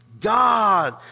God